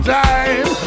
time